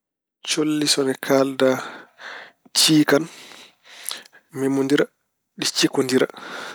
Colli so ine kaalda, ciikan, memondira, ɗi cikondira.